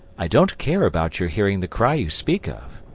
i don't care about your hearing the cry you speak of.